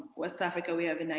west africa we have and